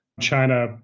China